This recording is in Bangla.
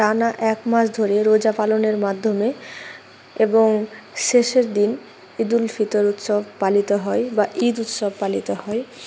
টানা এক মাস ধরে রোজা পালনের মাধ্যমে এবং শেষের দিন ঈদুল ফিতর উৎসব পালিত হয় বা ঈদ উৎসব পালিত হয়